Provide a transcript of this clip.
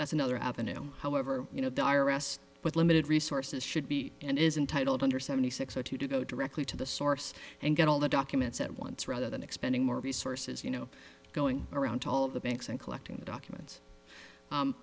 that's another avenue however you know the higher rest with limited resources should be and is entitled under seventy six o two to go directly to the source and get all the documents at once rather than expending more resources you know going around to all the banks and collecting documents